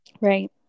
right